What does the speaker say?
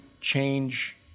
change